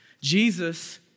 Jesus